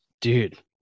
Dude